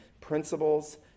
principles